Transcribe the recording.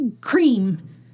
cream